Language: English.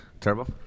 Turbo